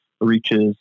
reaches